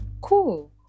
cool